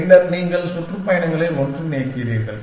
பின்னர் நீங்கள் சுற்றுப்பயணங்களை ஒன்றிணைக்கிறீர்கள்